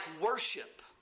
worship